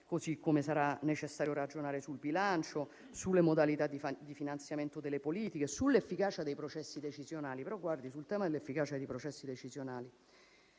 sarà altresì necessario ragionare sul bilancio, sulle modalità di finanziamento delle politiche, sull'efficacia dei processi decisionali.